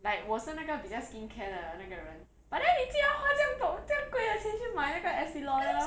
like 我是那个比较 skincare 的那个人 but then 你既然花这样多这样贵的钱去买那个 Estee Lauder